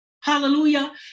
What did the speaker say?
hallelujah